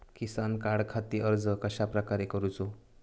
किसान कार्डखाती अर्ज कश्याप्रकारे करूचो?